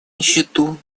нищету